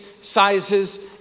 sizes